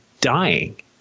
dying